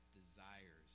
desires